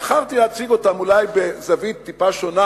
בחרתי להציג אותם בזווית אולי טיפה שונה.